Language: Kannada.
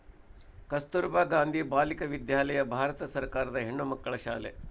ಕಸ್ತುರ್ಭ ಗಾಂಧಿ ಬಾಲಿಕ ವಿದ್ಯಾಲಯ ಭಾರತ ಸರ್ಕಾರದ ಹೆಣ್ಣುಮಕ್ಕಳ ಶಾಲೆ